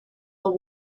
the